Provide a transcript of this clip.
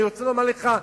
אני רוצה לומר לך,